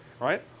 right